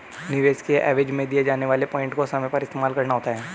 निवेश के एवज में दिए जाने वाले पॉइंट को समय पर इस्तेमाल करना होता है